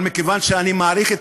אבל מכיוון שאני מעריך את